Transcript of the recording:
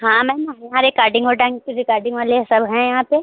हाँ मैम हम यहाँ रिकाडिंग से रिकाडिंग वाले सब हैं यहाँ पर